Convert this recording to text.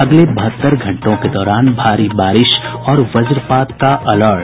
अगले बहत्तर घंटों के दौरान भारी बारिश और वज्रपात का अलर्ट